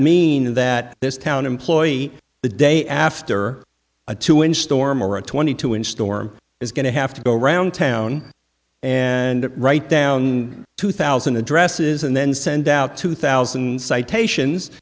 mean that this town employee the day after a two inch storm or a twenty two inch storm is going to have to go around town and write down two thousand addresses and then send out two thousand citations